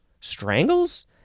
Strangles